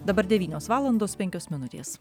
dabar devynios valandos penkios minutės